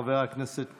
חבר הכנסת קרעי,